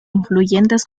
influyentes